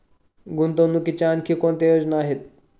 गुंतवणुकीच्या आणखी कोणत्या योजना आहेत?